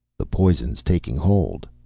the poison's taking hold,